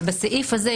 אבל בסעיף הזה,